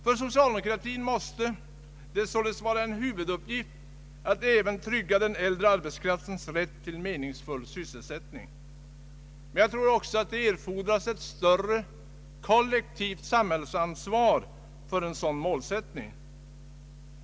För socialdemokratin måste det således vara en huvuduppgift att trygga även den äldre arbetskraftens rätt till meningsfull sysselsättning. Men jag tror att det erfordras ett större kollektivt samhällsansvar för en sådan målsättning.